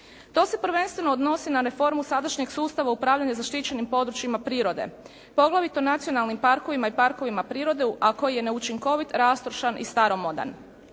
To se prvenstveno odnosi na reformu sadašnjeg sustava upravljanja zaštićenim područjima prirode poglavito nacionalnim parkovima i parkovima prirode a koji je neučinkovit, rastrošan i staromodan.